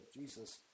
Jesus